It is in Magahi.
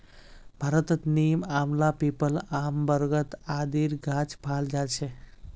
भारतत नीम, आंवला, पीपल, आम, बरगद आदिर गाछ पाल जा छेक